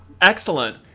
Excellent